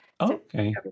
Okay